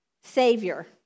savior